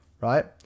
right